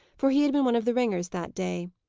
for he had been one of the ringers that day.